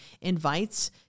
invites